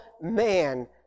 man